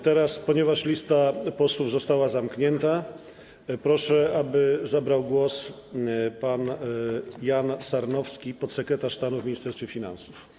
Teraz, ponieważ lista posłów została zamknięta, proszę, aby zabrał głos pan Jan Sarnowski, podsekretarz stanu w Ministerstwie Finansów.